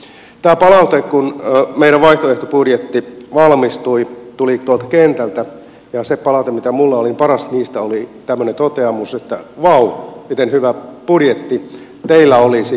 tämä palaute kun meidän vaihtoehtobudjettimme valmistui tuli tuolta kentältä ja siitä palautteesta mitä minulla oli paras oli tämmöinen toteamus että vau miten hyvä budjetti teillä olisi pienyrittäjien kannalta